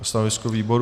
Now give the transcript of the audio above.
Stanovisko výboru?